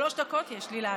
שלוש דקות יש לי לענות.